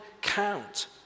count